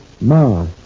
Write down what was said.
Ma